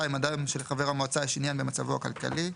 אדם שלחבר המועצה יש עניין במצבו הכלכלי,